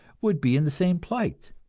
would be in the same plight.